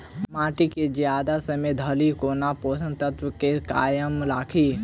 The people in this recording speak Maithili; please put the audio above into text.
माटि केँ जियादा समय धरि कोना पोसक तत्वक केँ कायम राखि?